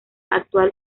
actual